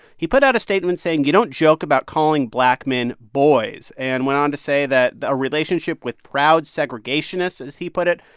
he put out a statement saying, you don't joke about calling black men boys and went on to say that a relationship with proud segregationists, as he put it,